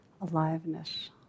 aliveness